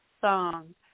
song